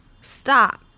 Stop